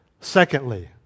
Secondly